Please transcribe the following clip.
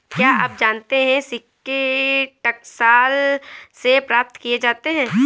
क्या आप जानते है सिक्के टकसाल से प्राप्त किए जाते हैं